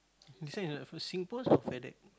this one is for SingPost or Fedex